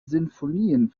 sinfonien